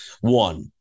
one